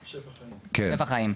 שפע חיים.